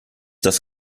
das